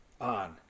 on